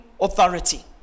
authority